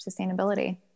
sustainability